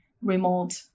remote